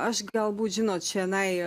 aš galbūt žinot čionai